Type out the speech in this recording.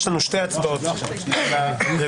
יש לנו שתי הצבעות על הרביזיות,